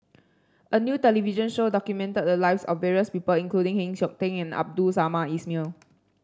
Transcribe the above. a new television show documented the lives of various people including Heng Siok Tian and Abdul Samad Ismail